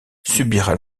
subira